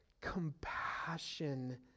compassion